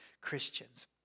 Christians